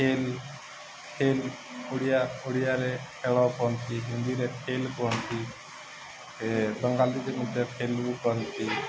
ଖେଲ ଖେଲ ଓଡ଼ିଆ ଓଡ଼ିଆରେ ଖେଳ କୁହନ୍ତି ହିନ୍ଦୀରେ ଖେଲ କୁହନ୍ତି ଏ ବଙ୍ଗାଲି ମଧ୍ୟ ଖେଲ୍ ବି କୁହନ୍ତି